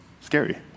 scary